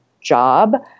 job